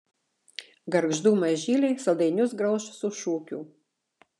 gargždų mažyliai saldainius grauš su šūkiu